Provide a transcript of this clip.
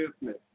business